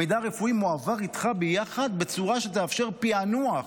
המידע הרפואי מועבר איתך ביחד בצורה שתאפשר פיענוח,